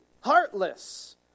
Heartless